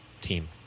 team